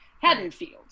Haddonfield